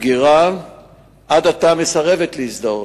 הבגירה עד עתה מסרבת להזדהות,